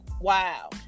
wow